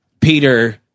Peter